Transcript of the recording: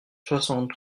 soixante